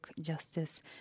Justice